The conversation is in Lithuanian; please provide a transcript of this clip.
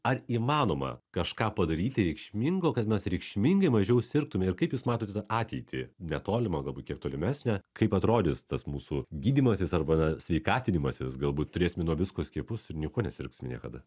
ar įmanoma kažką padaryti reikšmingo kad mes reikšmingai mažiau sirgtume ir kaip jūs matote tą ateitį netolimą galbūt kiek tolimesnę kaip atrodys tas mūsų gydymasis arba sveikatinimasis galbūt turėsim nuo visko skiepus ir niekuo nesirgsim niekada